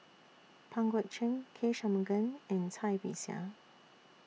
Pang Guek Cheng K Shanmugam and Cai Bixia